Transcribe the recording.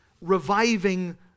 reviving